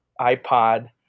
ipod